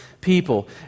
people